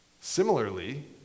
Similarly